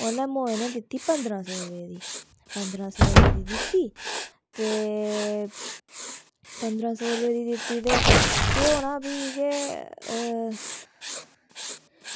ओल्लै मोये नै दित्ती पंदरां सौ दी पंदरां सौ रपेऽ दी दित्ती पंदरां सौ रपेऽ दी दित्ती केह्